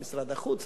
משרד החוץ,